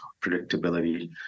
predictability